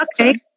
okay